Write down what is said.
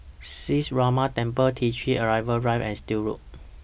Sree Ramar Temple T three Arrival Drive and Still Road